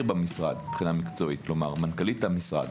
במשרד מבחינה מקצועית כלומר מנכ"לית המשרד,